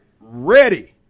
ready